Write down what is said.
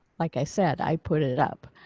like i said, i put it it up.